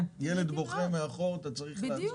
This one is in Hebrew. ילד בוכה מאחור אתה צריך לעצור.